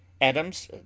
Adams